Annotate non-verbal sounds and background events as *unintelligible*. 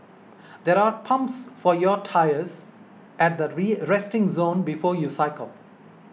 there are pumps for your tyres at the *unintelligible* resting zone before you cycle